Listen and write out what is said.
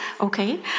Okay